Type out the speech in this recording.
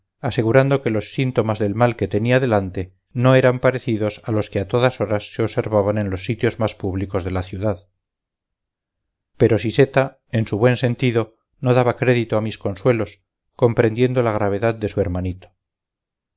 asegurando que los síntomas del mal que tenía delante no eran parecidos a los que a todas horas se observaban en los sitios más públicos de la ciudad pero siseta en su buen sentido no daba crédito a mis consuelos comprendiendo la gravedad de su hermanito